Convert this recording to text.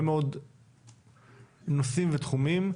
נושאים ותחומים,